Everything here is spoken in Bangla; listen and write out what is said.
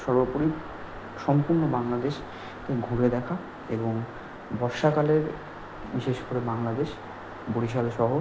সর্বোপরি সম্পূর্ণ বাংলাদেশ ঘুরে দেখা এবং বর্ষাকালের বিশেষ করে বাংলাদেশ বরিশালসহ